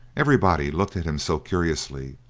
everybody looked at him so curiously.